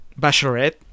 Bachelorette